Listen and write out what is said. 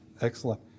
Excellent